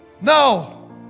No